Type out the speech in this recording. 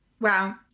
Wow